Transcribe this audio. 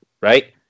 right